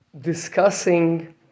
Discussing